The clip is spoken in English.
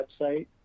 website